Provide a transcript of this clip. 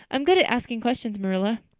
i'm good at asking questions, marilla.